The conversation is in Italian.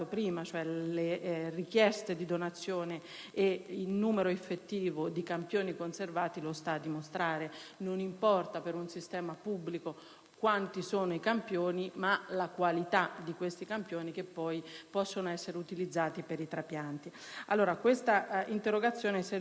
di donazione e il numero effettivo di campioni conservati - lo sta a dimostrare: non importa per un sistema pubblico quanti sono i campioni, ma la qualità dei campioni che poi possono essere utilizzati per i trapianti. L'interrogazione presentata serviva proprio per fare